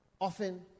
often